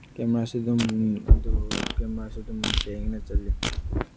ꯀꯦꯃꯦꯔꯥꯁꯨ ꯑꯗꯨꯝ ꯑꯗꯨ ꯀꯦꯃꯦꯔꯥꯁꯨ ꯑꯗꯨꯝ ꯁꯦꯡꯅ ꯆꯠꯂꯦ